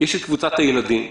יש את קבוצת הילדים,